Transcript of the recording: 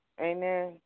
amen